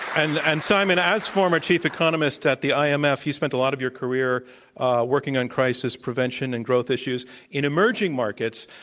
and and, simon, as former chief economist at the um imf, you spent a lot of your career working on crisis prevention and growth issues in emerging markets,